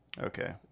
Okay